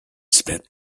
spent